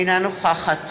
אינה נוכחת